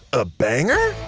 a banger?